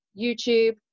YouTube